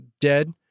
Dead